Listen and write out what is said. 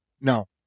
No